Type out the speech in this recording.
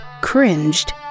cringed